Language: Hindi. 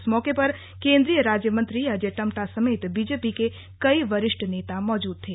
इस मौके पर केंद्रीय राज्य मंत्री अजय टम्टा समेत बीजेपी के कई वरिष्ठ नेता मौजूद थे